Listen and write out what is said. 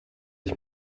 ich